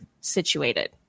situated